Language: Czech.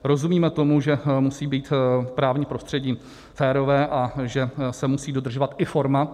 Rozumíme tomu, že musí být právní prostředí férové a že se musí dodržovat i forma.